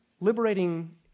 liberating